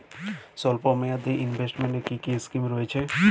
স্বল্পমেয়াদে এ ইনভেস্টমেন্ট কি কী স্কীম রয়েছে?